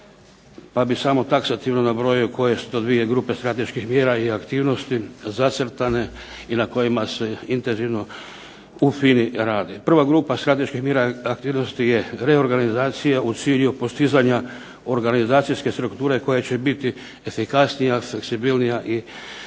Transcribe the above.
pa bi samo taksativno nabrojio koje su to dvije grupe strateških mjera i aktivnosti zacrtane i na kojima se intenzivno u FINA-i radi. Prva grupa strateških mjera aktivnosti je reorganizacija u cilju postizanja organizacijske strukture koje će biti efikasnije, fleksibilnija i racionalnija.